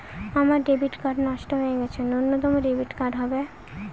আমার debit card নষ্ট হয়ে গেছে নূতন ডেবিট কার্ড হবে কি?